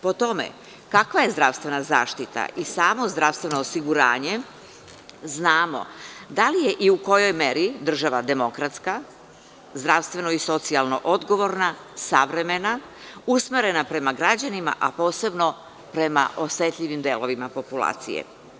Po tome kakva je zdravstvena zaštita i samo zdravstveno osiguranje, znamo da li je i u kojoj meri država demokratska, zdravstveno i socijalno odgovorna, savremena, usmerena prema građanima, a posebno prema osetljivim delovima populacije.